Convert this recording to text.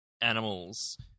animals